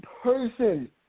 person